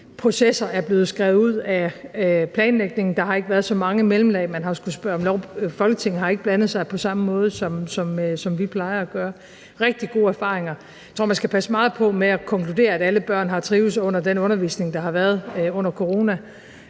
Processer er blevet skrevet ud af planlægningen. Der har ikke været så mange mellemlag, man har skullet spørge om lov. Folketinget har ikke blandet sig på samme måde, som vi plejer at gøre – rigtig gode erfaringer. Jeg tror, at man skal passe meget på med at konkludere, at alle børn har trivedes under den undervisning, der har været under corona.